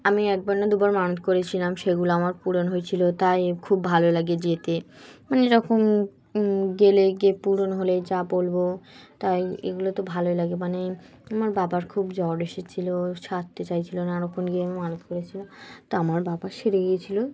আমি একবার না দুবার মানত করেছিলাম সেগুলো আমার পূরণ হয়েছিলো তাই খুব ভালো লাগে যেতে মানে এরকম গেলে গিয়ে পূরণ হলে যা বলবো তাই এগুলো তো ভালোই লাগে মানে আমার বাবার খুব জ্বর এসেছিলো ছাড়তে চাইছিলো না তখন গিয়ে আমি মানত করেছিলাম তা আমার বাবা সেরে গিয়েছিলো